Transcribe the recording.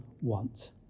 want